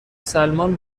سلمان